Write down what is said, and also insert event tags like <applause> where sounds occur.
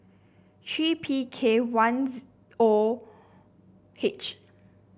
three P K one <unintelligible> O H